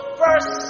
first